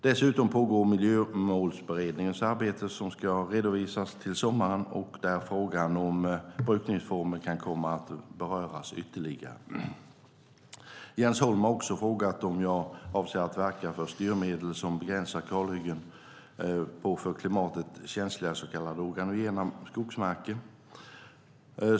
Dessutom pågår Miljömålsberedningens arbete som ska redovisas till sommaren och där frågan om brukningsformer kan komma att beröras ytterligare. Jens Holm har också frågat om jag avser att verka för styrmedel som begränsar kalhyggen på för klimatet känsliga så kallade organogena skogsmarker.